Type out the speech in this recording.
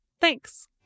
Thanks